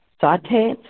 saute